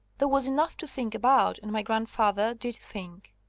there was enough to think about, and my grandfather did think.